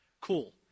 Cool